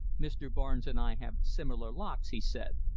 mr. barnes and i have similar locks, he said.